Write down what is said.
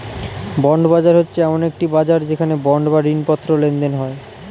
bond বাজার হচ্ছে এমন একটি বাজার যেখানে বন্ড বা ঋণপত্র লেনদেন হয়